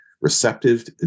receptive